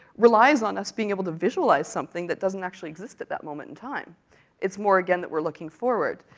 relies on us being able to visualize something that doesn't actually exist at that moment in time it's more, again, that we're looking forward.